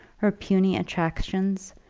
her puny attractions,